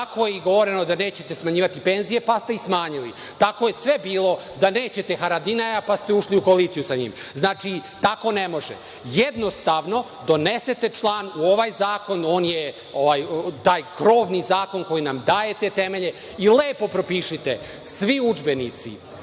Tako je govoreno da nećete smanjivati penzije, pa ste ih smanjili. Tako je sve bilo, da nećete Haradinaja, pa ste ušli u koaliciju sa njim. Znači, tako ne može. Jednostavno, donesete član u ovaj zakon. ovo je krovni zakon koji daje te temelje i lepo propišite – svi udžbenici,